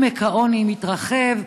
העוני מתרחב,